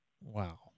wow